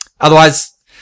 Otherwise